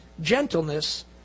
gentleness